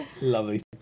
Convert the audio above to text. Lovely